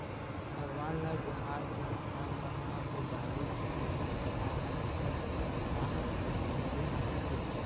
भगवान ल जोहार के किसान मन ह भोगाली बिहू तिहार ल बिकट उत्साह ढंग ले मनाथे